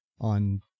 on